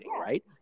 right